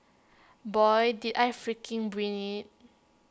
boy did I freaking bring IT